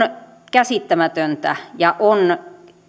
käsittämätöntä ja on